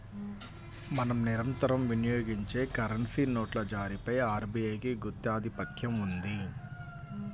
మనం నిరంతరం వినియోగించే కరెన్సీ నోట్ల జారీపై ఆర్బీఐకి గుత్తాధిపత్యం ఉంది